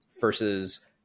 versus